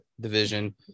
division